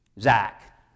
Zach